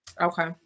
Okay